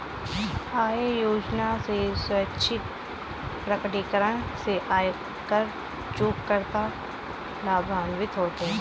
आय योजना के स्वैच्छिक प्रकटीकरण से आयकर चूककर्ता लाभान्वित होते हैं